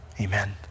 Amen